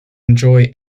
enjoy